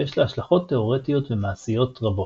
ויש לה השלכות תאורטיות ומעשיות רבות.